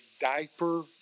diaper